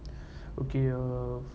okay lor